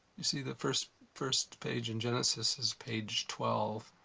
you see the first first page in genesis is page twelve.